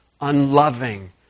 unloving